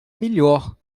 melhor